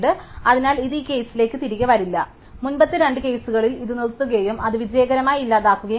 അതിനാൽ ഇത് ഈ കേസിലേക്ക് തിരികെ വരില്ല മുമ്പത്തെ രണ്ട് കേസുകളിൽ ഇത് നിർത്തുകയും അത് വിജയകരമായി ഇല്ലാതാക്കുകയും ചെയ്യും